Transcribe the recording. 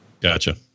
Gotcha